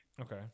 Okay